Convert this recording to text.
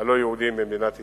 הלא-יהודיים במדינת ישראל.